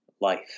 life